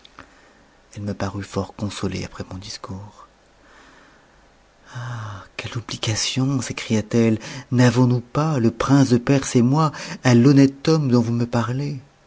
elle me parut fort consolée après mon discours ah quelle obligation s'écria-t-elle n'avons-nous pas le prince de perse et moi à l'honnête homme dont vous me parlez